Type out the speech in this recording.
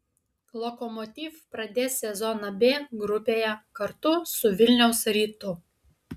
lokomotiv pradės sezoną b grupėje kartu su vilniaus rytu